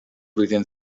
flwyddyn